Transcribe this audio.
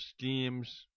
schemes